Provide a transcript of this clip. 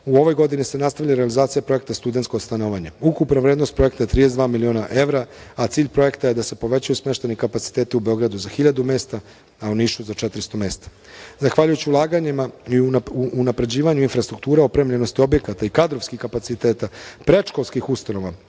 u ovoj godini se nastavlja realizacija projekta „Studentsko stanovanje“. Ukupna vrednost projekta je 32 miliona evra, a cilj projekta je da se povećaju smeštajni kapaciteti u Beogradu za hiljadu mesta, a u Nišu za 400 mesta. Zahvaljujući ulaganjima i unapređivanju infrastrukture opremljenosti objekata i kadrovskih kapaciteta predškolskih ustanova,